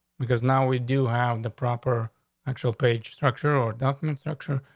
because now we do have the proper actual page structure or document structure.